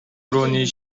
өрөөний